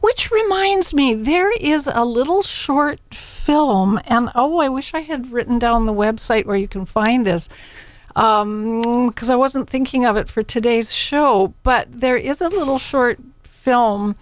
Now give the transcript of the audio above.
which reminds me there is a little short film oh i wish i had written down the website where you can find this because i wasn't thinking of it for today's show but there is a little short film